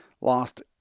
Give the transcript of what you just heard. lost